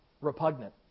repugnant